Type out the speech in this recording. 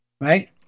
Right